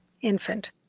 infant